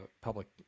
public